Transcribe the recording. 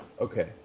Okay